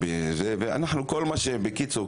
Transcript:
בקיצור,